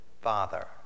father